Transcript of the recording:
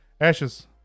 Ashes